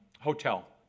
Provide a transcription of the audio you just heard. hotel